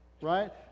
Right